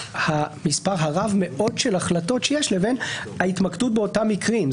המספר הרב מאוד של החלטות שיש לבין ההתמקדות באותם מקרים.